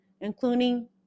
including